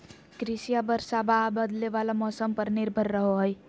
कृषिया बरसाबा आ बदले वाला मौसम्मा पर निर्भर रहो हई